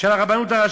חבר הכנסת זאב, מספיק.